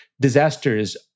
disasters